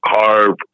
carve